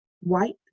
white